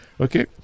Okay